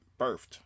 birthed